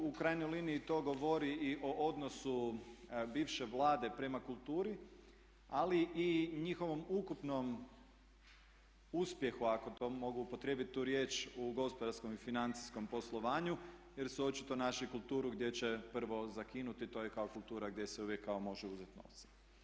U krajnjoj liniji to govori i o odnosu bivše Vlade prema kulturi ali i njihovom ukupnom uspjehu ako mogu upotrijebiti tu riječ u gospodarskom i financijskom poslovanju jer su očito našli kulturu gdje će prvo zakinuti, to je kao kultura gdje se uvijek kao može uzeti novce.